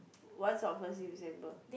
what's on first December